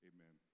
Amen